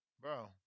Bro